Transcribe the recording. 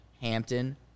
Hampton